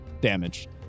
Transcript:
damage